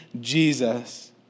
Jesus